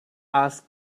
ask